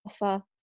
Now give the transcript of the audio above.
offer